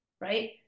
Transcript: Right